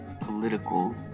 political